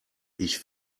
ich